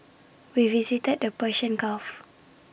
we visited the Persian gulf